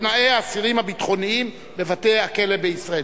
תנאי האסירים הביטחוניים בבתי-הכלא בישראל.